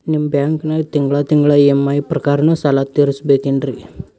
ನಿಮ್ಮ ಬ್ಯಾಂಕನಾಗ ತಿಂಗಳ ತಿಂಗಳ ಇ.ಎಂ.ಐ ಪ್ರಕಾರನ ಸಾಲ ತೀರಿಸಬೇಕೆನ್ರೀ?